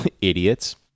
Idiots